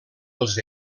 els